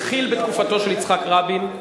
התחיל בתקופתו של יצחק רבין,